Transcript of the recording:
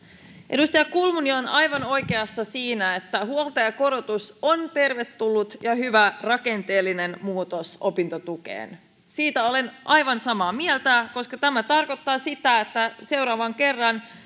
edustaja kulmuni on aivan oikeassa siinä että huoltajakorotus on tervetullut ja hyvä rakenteellinen muutos opintotukeen siitä olen aivan samaa mieltä koska tämä tarkoittaa sitä että seuraavan kerran